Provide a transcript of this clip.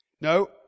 No